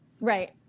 right